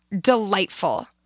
delightful